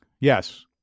Yes